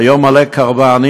היו המון קרוונים,